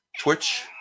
Twitch